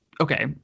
okay